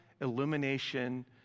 illumination